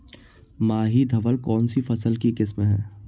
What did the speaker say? माही धवल कौनसी फसल की किस्म है?